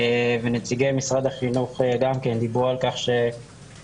ונציגי משרד החינוך גם כן דיברו על כך שהם